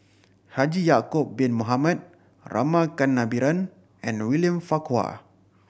Haji Ya'acob Bin Mohamed Rama Kannabiran and William Farquhar